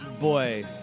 boy